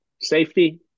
Safety